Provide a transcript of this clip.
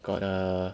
got err